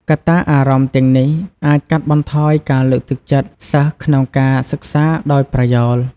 កត្តាអារម្មណ៍ទាំងនេះអាចកាត់បន្ថយការលើកទឹកចិត្តសិស្សក្នុងការសិក្សាដោយប្រយោល។